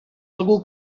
algú